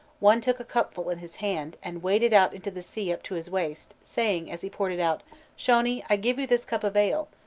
one took a cupful in his hand, and waded out into the sea up to his waist, saying as he poured it out shony, i give you this cup of ale,